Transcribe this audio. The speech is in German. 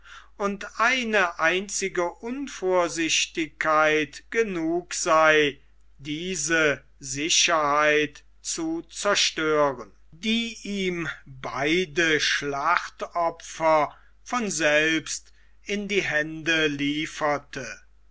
und eine einzige unvorsichtigkeit genug sei diese sicherheit zu zerstören die ihm beide schlachtopfer von selbst in die hände lieferte